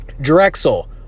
Drexel